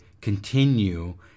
continue